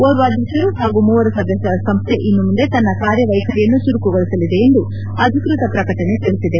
ಒರ್ವ ಅಧ್ಯಕ್ಷರು ಹಾಗೂ ಮೂರು ಸದಸ್ನರ ಸಂಸ್ತೆ ಇನ್ನು ಮುಂದೆ ತನ್ನ ಕಾರ್್ಯವ್ವೆಖರಿಯನ್ನು ಚುರುಕುಗೊಳಿಸಲಿದೆ ಎಂದು ಅಧಿಕೃತ ಪ್ರಕಟಣೆ ತಿಳಿಸಿದೆ